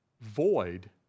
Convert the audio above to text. void